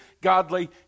godly